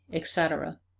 etc.